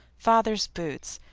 father's boots,